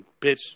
bitch